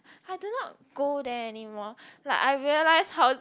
I do not go there anymore like I realise how